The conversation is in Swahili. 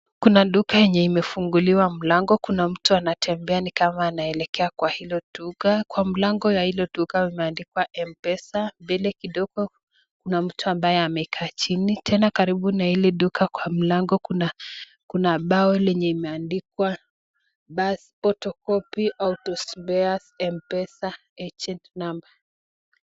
Kuna duka yenye imefunguliwa mlango, kuna mtu anatembea ni kama anaelekea kwa hilo duka, kwa mlango ya hilo duka imeandikwa mpesa, mbele kidogo kuna mtu ambaye amekaa chini, tena karibu na hili duka kwa mlango kuna bao lenye limeandikwa Passport, photocopy ,autospares mpesa agent number .